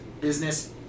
business